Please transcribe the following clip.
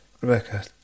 Rebecca